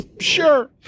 Sure